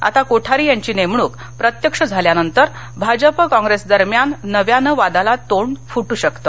आता कोठारी यांची नेमणूक प्रत्यक्ष झाल्यानंतर भाजपा कॉंग्रेस दरम्यान नव्यानं वादाला तोंड फुट्र शकतं